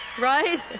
Right